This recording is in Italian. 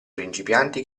principianti